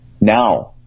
now